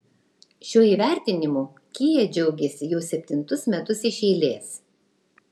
šiuo įvertinimu kia džiaugiasi jau septintus metus iš eilės